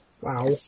Wow